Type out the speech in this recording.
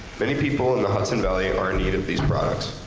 many people in the hudson valley are in need of these products,